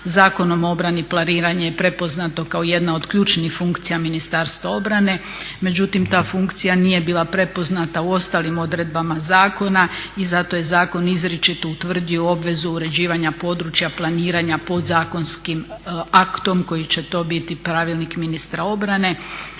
Zakonom o obrani planiranje je prepoznato kao jedna od ključnih funkcija Ministarstva obrane. Međutim ta funkcija nije bila prepoznata u ostalim odredbama zakona i zato je zakon izričito utvrdio obvezu uređivanja područja planiranja podzakonskim aktom koji će to biti pravilnik ministra obrane.